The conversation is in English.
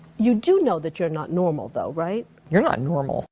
you do know that your not normal though, right? you're not normal.